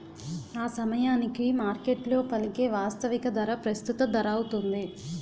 ఆసమయానికి మార్కెట్లో పలికే వాస్తవిక ధర ప్రస్తుత ధరౌతుంది